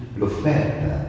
l'offerta